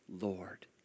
Lord